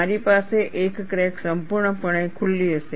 મારી પાસે એક ક્રેક સંપૂર્ણપણે ખુલ્લી હશે